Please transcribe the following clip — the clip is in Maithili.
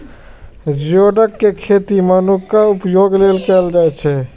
जिओडक के खेती मनुक्खक उपभोग लेल कैल जाइ छै